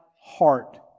heart